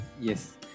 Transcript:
yes